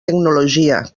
tecnologia